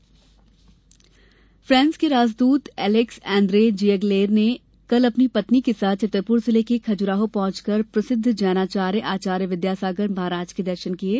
फांस राजदूत फांस के राजदूत अलैक्स अंद्रे जिएगलेर ने कल अपनी पत्नी के साथ छतरपूर जिले के खजुराहो पहुंचकर प्रसिद्ध जैनाचार्य आचार्य विद्यासागर महाराज के दर्शन किये